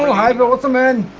high but was a man